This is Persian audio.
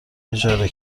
اجاره